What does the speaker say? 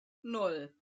nan